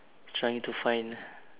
trying to find